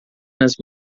nas